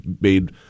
made